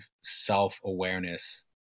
self-awareness